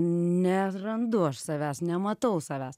nerandu aš savęs nematau savęs